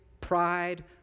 pride